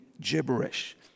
gibberish